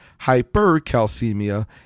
hypercalcemia